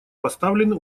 поставлены